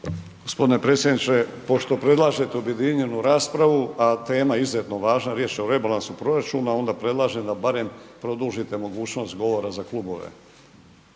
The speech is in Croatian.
g. Predsjedniče, pošto predlažete objedinjenu raspravu, a tema je izuzetno važna, riječ je o rebalansu proračuna onda predlažem da barem produžite mogućnost govora za klubove.